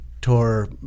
tore